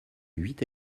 huit